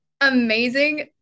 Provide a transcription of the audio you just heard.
amazing